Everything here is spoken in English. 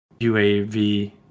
UAV